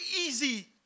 easy